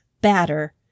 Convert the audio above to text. batter